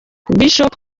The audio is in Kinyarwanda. bishop